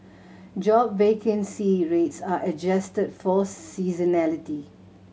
job vacancy rates are adjusted for seasonality